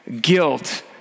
guilt